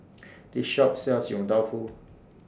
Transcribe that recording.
This Shop sells Yong Tau Foo